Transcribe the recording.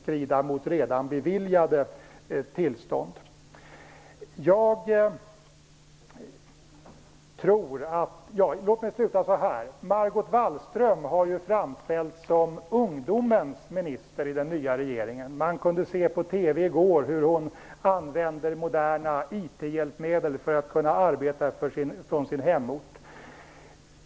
Kurt Ove Johansson svarade inte på den frågan. Margot Wallström har ju framställts som ungdomens minister i den nya regeringen. På TV i går kunde vi se hur hon använder moderna IT-hjälpmedel för att kunna arbeta från sin hemort.